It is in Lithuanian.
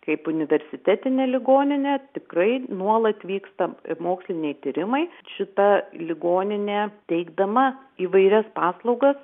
kaip universitetinė ligoninė tikrai nuolat vyksta moksliniai tyrimai šita ligoninė teikdama įvairias paslaugas